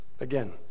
again